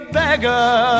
beggar